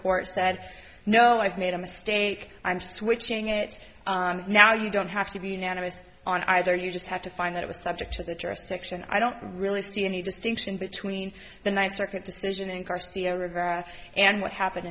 court said no i've made a mistake i'm switching it now you don't have to be unanimous on either you just have to find it was subject to the jurisdiction i don't really see any distinction between the ninth circuit decision and garcia rivera and what happened